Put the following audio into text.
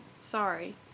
Sorry